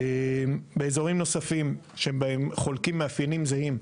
באזורים נוספים שבהם חולקים מאפיינים זהים,